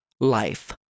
life